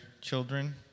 children